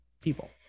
people